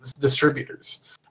distributors